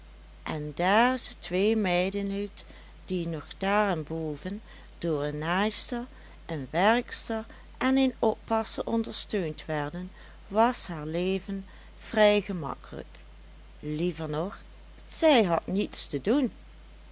en daar ze twee meiden hield die nog daarenboven door een naaister een werkster en een oppasser ondersteund werden was haar leven vrij gemakkelijk liever nog zij had niets te doen